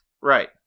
Right